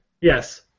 Yes